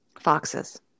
Foxes